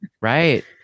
Right